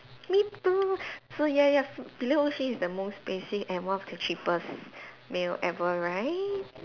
me too so ya ya Filet-O-Fish is the most basic and one of the cheapest meal ever right